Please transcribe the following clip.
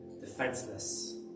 defenseless